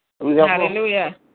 Hallelujah